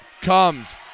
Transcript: comes